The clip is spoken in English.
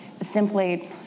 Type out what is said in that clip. simply